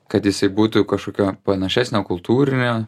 kad jisai būtų kažkokio panašesnio kultūrinio